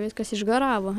viskas išgaravo